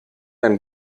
ein